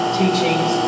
teachings